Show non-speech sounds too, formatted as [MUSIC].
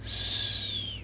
[NOISE]